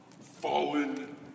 fallen